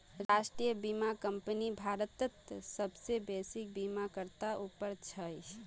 राष्ट्रीय बीमा कंपनी भारतत सबसे बेसि बीमाकर्तात उपर छ